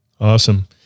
Awesome